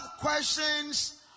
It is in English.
questions